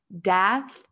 death